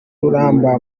ruramba